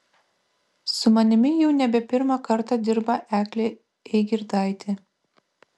su manimi jau nebe pirmą kartą dirba eglė eigirdaitė